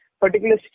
particular